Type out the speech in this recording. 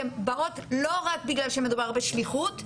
בגלל שהן באות לא רק בגלל שמדובר בשליחות,